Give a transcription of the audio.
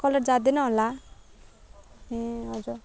colour जाँदैन होला ए हजर